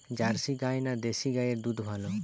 Jersey গাই না দেশী গাইয়ের দুধ ভালো?